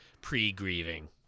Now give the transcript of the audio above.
pre-grieving